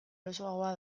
erosoagoa